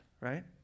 right